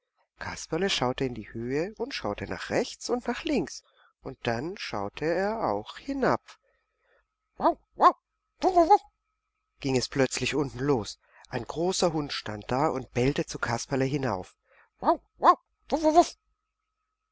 kasperle schaute in die höhe und schaute nach rechts und nach links und dann schaute er auch hinab wauwau wuwuwu ging es plötzlich unten los ein großer hund stand da und bellte zu kasperle hinauf